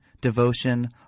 devotion